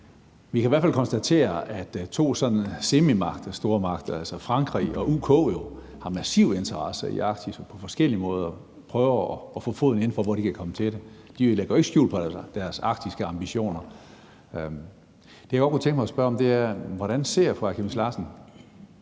vi kan i hvert fald konstatere, at to sådan semi-stormagter, altså Frankrig og UK, jo har massive interesser i Arktis og på forskellige måder prøver at få foden indenfor, hvor de kan komme til det. De lægger jo ikke skjul på deres arktiske ambitioner. Og det, jeg godt kunne tænke mig at spørge om, er: Hvordan ser fru Aaja Chemnitz Larsen